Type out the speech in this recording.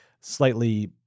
slightly